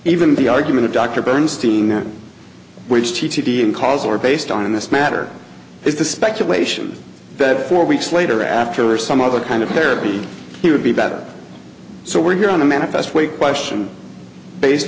even the argument of dr bernstein which t t d in cause or based on this matter is the speculation that four weeks later after or some other kind of therapy he would be better so we're here on a manifest way question based